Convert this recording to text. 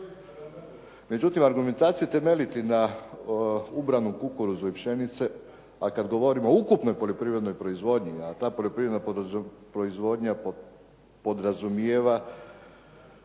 Međutim, argumentaciju temeljiti na ubranom kukuruzu i pšenice, a kad govorimo o ukupnoj poljoprivrednoj proizvodnji, a ta poljoprivredna proizvodnja podrazumijeva